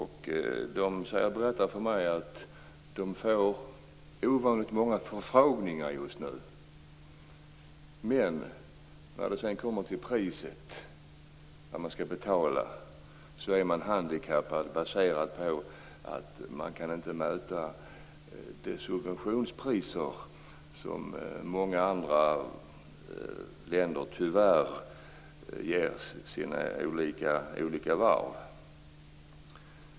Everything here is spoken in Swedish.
Man säger att man får ovanligt många förfrågningar just nu och att man, när det kommer till priset, är handikappad på grund av att man inte kan möta de subventionerade priser som många andra länder tyvärr ger sina varv.